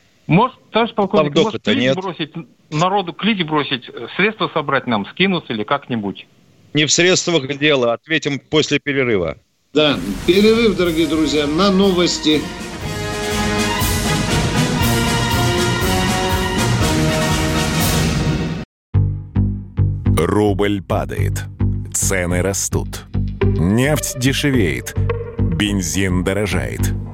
Может, товарищ полковник, Там может, допыта- клич нет. бросить, н- народу клич бросить, э, средства собрать нам, скинуть или как-нибудь? Не в средствах дело. Ответим после перерыва. Да, перерыв, дорогие друзья, на новости. Рубль падает. Цены растут. Нефть дешевеет. Бензин дорожает.